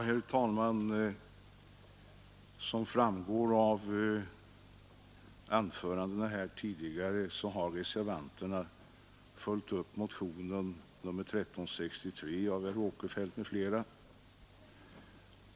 Herr talman! Som framgår av anförandena här tidigare har reservanterna följt upp motionen 1363 av herr Åkerfeldt m.fl.